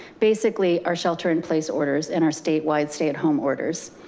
basically our shelter in place orders and our statewide stay-at-home orders.